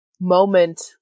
moment